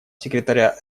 секретаря